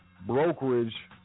brokerage